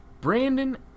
Brandon